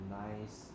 nice